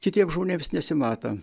kitiem žmonėms nesimato